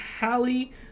Hallie